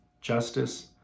justice